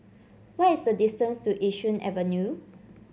what is the distance to Yishun Avenue